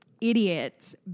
idiots